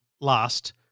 last